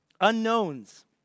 Unknowns